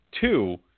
Two